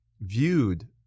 viewed